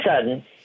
sudden